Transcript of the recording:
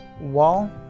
Wall